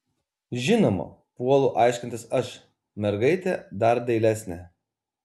žinoma puolu aiškintis aš mergaitė dar dailesnė